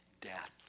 death